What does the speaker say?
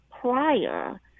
prior